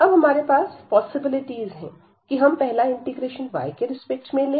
अब हमारे पास पॉसिबिलिटीस है कि हम पहला इंटीग्रेशन y के रिस्पेक्ट में ले